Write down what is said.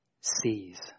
sees